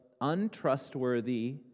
untrustworthy